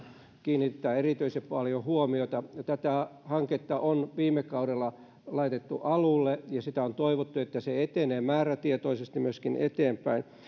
kiinnitetään erityisen paljon huomiota tätä hanketta on viime kaudella laitettu alulle ja on toivottu että se etenee määrätietoisesti myöskin eteenpäin